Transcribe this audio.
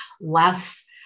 less